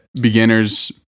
beginners